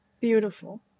beautiful